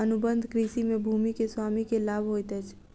अनुबंध कृषि में भूमि के स्वामी के लाभ होइत अछि